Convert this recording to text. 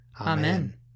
Amen